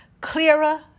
clearer